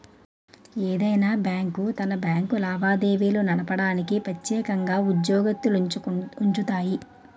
ఏదైనా బ్యాంకు తన బ్యాంకు లావాదేవీలు నడపడానికి ప్రెత్యేకంగా ఉద్యోగత్తులనుంచుతాది